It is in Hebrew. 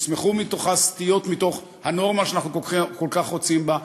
יצמחו מתוכה סטיות מהנורמה שאנחנו כל כך רוצים בה,